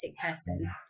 person